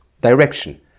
direction